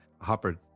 Hopper